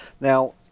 Now